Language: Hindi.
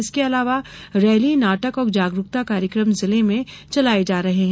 इसके अलावा रैली नाटक और जागरूकता के कार्यक्रम जिले में चलाए जा रहे हैं